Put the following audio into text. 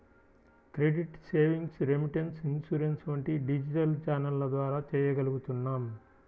credit, savings, remittance, insurance వంటివి digital ఛానెల్ల ద్వారా చెయ్యగలుగుతున్నాం